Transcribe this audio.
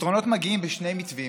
פתרונות מגיעים בשני מתווים: